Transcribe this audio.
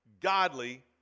godly